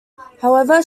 however